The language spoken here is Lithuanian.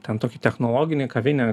ten tokį technologinį kavinę